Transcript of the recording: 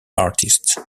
artists